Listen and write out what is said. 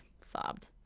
sobbed